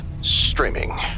streaming